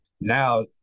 Now